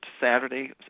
Saturday